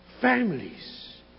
families